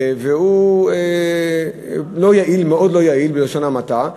והוא מאוד לא יעיל, בלשון המעטה.